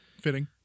Fitting